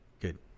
Good